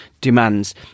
demands